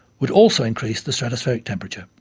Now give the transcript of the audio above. would also increase the stratospheric temperature.